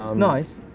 ah nice.